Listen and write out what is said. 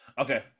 Okay